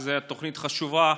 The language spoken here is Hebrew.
שזו תוכנית חשובה.